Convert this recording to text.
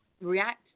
react